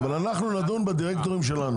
אימאן ח'טיב יאסין (רע"מ,